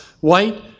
white